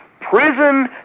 Prison